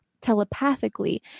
telepathically